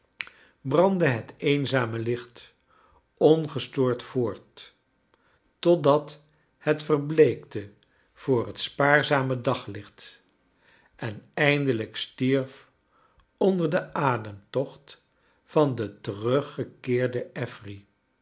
brandde het eenzame licht ongestoord voort totdat het verbleekte voor het spaarzame daglicht en eindelijk stierf onder den ademtocht van de teruggekeerde affery